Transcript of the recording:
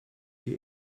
die